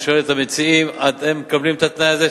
אני שואל את המציעים: אתם מקבלים את התנאי הזה,